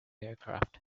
aircraft